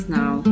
now